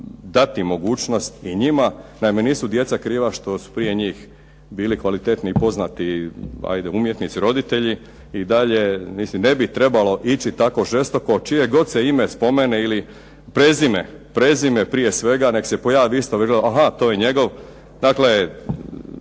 dati mogućnost i njima. Naime, nisu djeca kriva što su prije njih bili kvalitetni i poznati ajde umjetnici roditelji i dalje mislim ne bi trebalo ići tako žestoko čije god se ime spomene ili prezime, prezime prije svega, nek se pojavi istog trena "Aha to je njegov", dakle